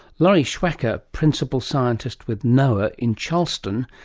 lori schwacke, ah principal scientist with noaa in charleston,